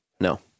No